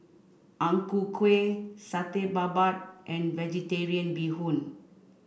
Ang Ku Kueh Satay Babat and Vegetarian Bee Hoon